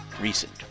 recent